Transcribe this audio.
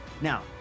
Now